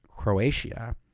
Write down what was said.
croatia